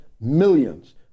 millions